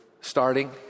starting